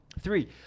Three